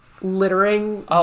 littering